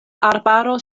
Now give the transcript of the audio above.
arbaro